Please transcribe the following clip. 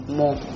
more